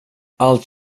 allt